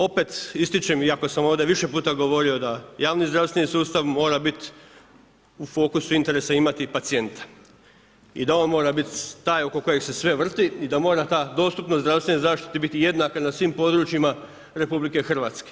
Opet ističem, iako sam ovdje više puta govorio da javni zdravstveni sustav mora u fokusu interesa imati pacijenta i da on mora biti taj oko kojeg se sve vrti i da mora ta dostupnost zdravstvene zaštite biti jednaka na svim područjima RH.